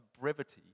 brevity